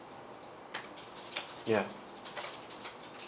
ya